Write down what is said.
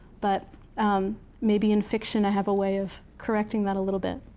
but maybe in fiction, i have a way of correcting that a little bit.